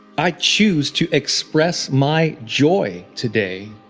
i choose to express my joy today.